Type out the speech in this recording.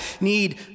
need